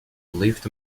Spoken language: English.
lift